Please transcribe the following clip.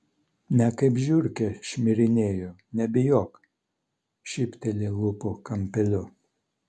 ne kaip žiurkė šmirinėju nebijok šypteli lūpų kampeliu